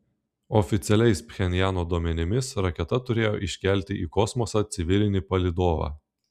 oficialiais pchenjano duomenimis raketa turėjo iškelti į kosmosą civilinį palydovą